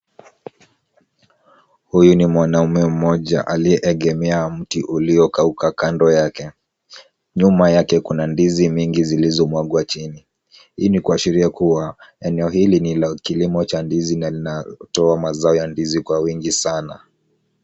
Huyu ni mwanaume mmoja aliye egemea mti ulio kauka kando yake. Nyuma yake kuna ndizi mingi zilizomwagwa chini. Hii ni kuasheria kuwa eneo hili ni la kilimo cha ndizi na linatoa mazao ya ndizi kwa wingi sana.